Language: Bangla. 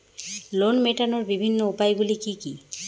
লোন মেটানোর বিভিন্ন উপায়গুলি কী কী?